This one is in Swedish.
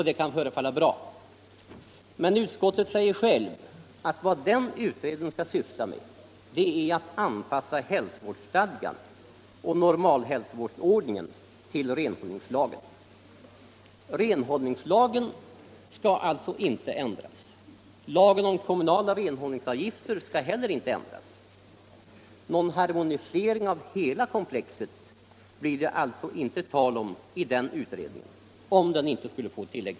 Det kan förefälla bra, men utskottet säger självt att vad den utredningen skall syssla med är att anpassa hälsovårdsstadgan och normalhälsovårdsordningen till renhållningslagen. Renhållningslagen skall alltså inte ändras. Lagen om kommunala renhållningsavgifter skall heller inte ändras. Någon harmonisering av hela komplexet blir det alltså inte tal om i den utredningen.